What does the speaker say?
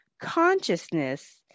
consciousness